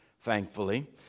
Thankfully